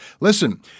Listen